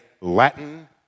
Latin